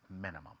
minimum